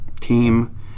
team